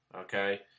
okay